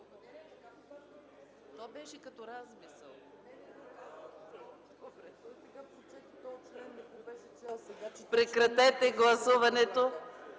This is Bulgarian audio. Прекратете гласуването.